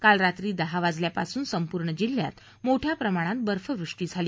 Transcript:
काल रात्री दहा वाजल्यापासून संपूर्ण जिल्ह्यात मोठ्या प्रमाणात बर्फवृष्टी झाली